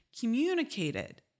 communicated